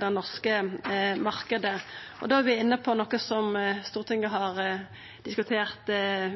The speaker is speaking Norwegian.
den norske marknaden. Da er vi inne på noko som Stortinget har diskutert